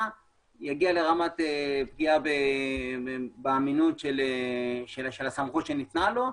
יגיע לרמת פגיעה באמינות הסמכות שניתנה לו.